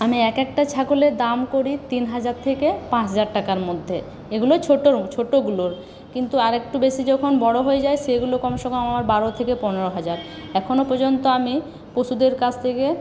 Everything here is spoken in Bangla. আমি এক একটা ছাগলের দাম করি তিন হাজার থেকে পাঁচ হাজার টাকার মধ্যে এগুলো ছোটো ছোটোগুলোর কিন্তু আরেকটু বেশি যখন বড়ো হয়ে যায় সেগুলো কম সে কম আমার বারো থেকে পনেরো হাজার এখনো পর্যন্ত আমি পশুদের কাছ থেকে